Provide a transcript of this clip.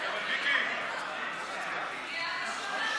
יש דוברים.